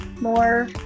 more